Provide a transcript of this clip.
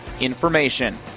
information